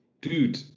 dude